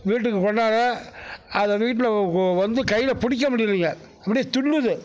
வீட்டுக்கு கொண்டார அதை வீட்டில் வந்து கையில் பிடிக்க முடியலிங்க அப்படியே துள்ளுது